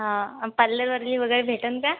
हां पार्ललवाली वगैरे भेटंन का